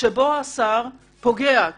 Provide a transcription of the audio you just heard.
השאלה של האמת,